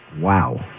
Wow